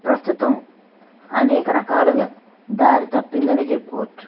ప్రస్తుతం అనేక రకాలుగా దారి తప్పిందనే చెప్పుకోవచ్చు